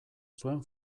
zuen